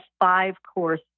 five-course